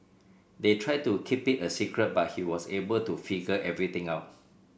they tried to keep it a secret but he was able to figure everything out